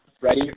ready